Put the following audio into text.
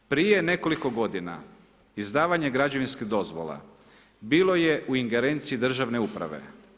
Prije nekoliko godina, izdavanje građevinskih dozvola bilo je u ingerenciji državne uprave.